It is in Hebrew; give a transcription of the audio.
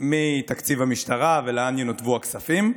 מתקציב המשטרה לאן ינותבו הכספים,